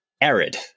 arid